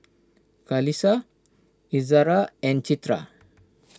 Qalisha Izzara and Citra